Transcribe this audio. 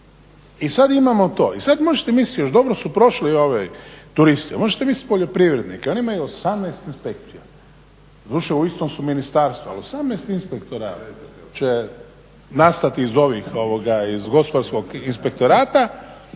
I sad imamo to. I sad možete misliti još dobro su prošli turisti, možete misliti poljoprivrednike oni imaju 18 inspekcija. Doduše u istom su ministarstvu, ali 18 inspektora će nastati iz Gospodarskog inspektorata.